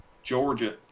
georgia